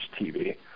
TV